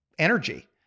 energy